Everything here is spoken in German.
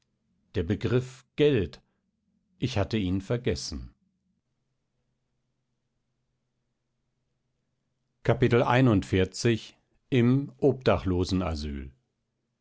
der begriff geld ich hatte ihn vergessen